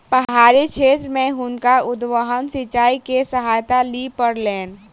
पहाड़ी क्षेत्र में हुनका उद्वहन सिचाई के सहायता लिअ पड़लैन